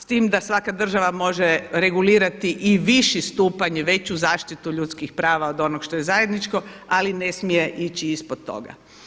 S time da svaka država može regulirati i viši stupanj i veću zaštitu ljudskih prava od onog što je zajedničko ali ne smije ići ispod toga.